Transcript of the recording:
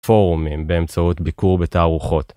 פורומים באמצעות ביקור בתערוכות.